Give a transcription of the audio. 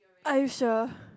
are you sure